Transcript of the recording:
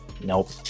nope